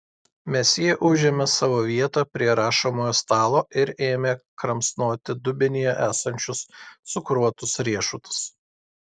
mesjė užėmė savo vietą prie rašomojo stalo ir ėmė kramsnoti dubenyje esančius cukruotus riešutus